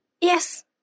Yes